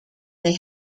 they